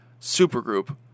supergroup